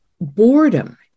Boredom